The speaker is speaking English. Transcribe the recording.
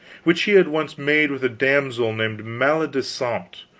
which he had once made with a damsel named maledisant,